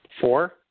Four